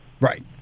Right